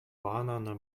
banana